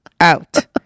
Out